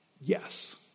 Yes